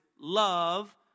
love